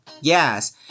Yes